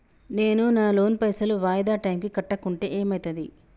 నేను నా లోన్ పైసల్ వాయిదా టైం కి కట్టకుంటే ఏమైతది?